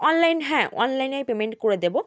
online হ্যাঁ অনলাইনে আমি পেমেন্ট করে দেবো